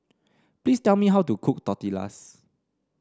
please tell me how to cook Tortillas